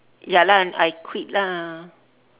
ya lah I quit lah